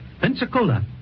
Pensacola